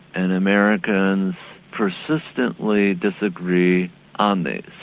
and americans persistently disagree on these.